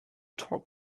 talk